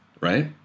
right